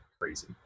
crazy